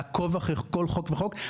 לעקוב אחרי כל חוק וחוק?